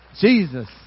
Jesus